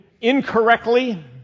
incorrectly